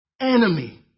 enemy